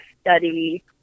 study